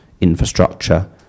infrastructure